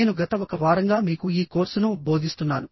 నేను గత ఒక వారంగా మీకు ఈ కోర్సును బోధిస్తున్నాను